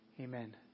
Amen